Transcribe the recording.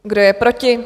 Kdo je proti?